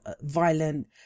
violent